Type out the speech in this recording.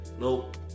Nope